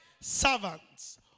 servants